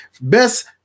best